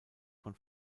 von